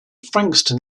frankston